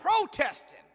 protesting